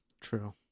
True